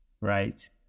right